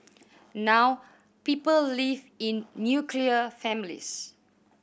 now people live in nuclear families